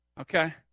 Okay